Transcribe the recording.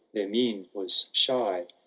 their mien was shy.